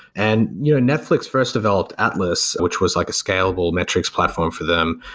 and you know netflix first developed atlas, which was like a scalable metrics platform for them,